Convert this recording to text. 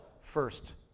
first